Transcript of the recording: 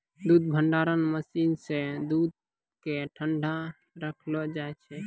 दूध भंडारण मसीन सें दूध क ठंडा रखलो जाय छै